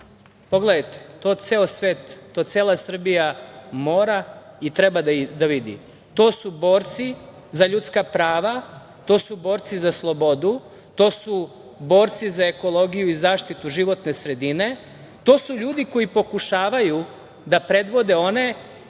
Pogledajte, to ceo svet, to cela Srbija mora i treba da vidi. To su borci za ljudska prava. To su borci za slobodu. To su borci za ekologiju i zaštitu životne sredine. To su ljudi koji pokušavaju da predvode one